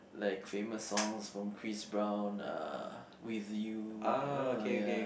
like famous songs from Chris Brown uh With You uh ya